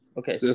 okay